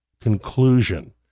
conclusion